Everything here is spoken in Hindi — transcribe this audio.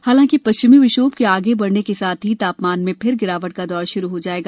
हालांकि पश्चिमी विक्षोभ के आगे बढ़ने के साथ ही तापमान में फिर गिरावट का दौर शुरू हो जाएगा